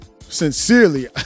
sincerely